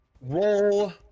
Roll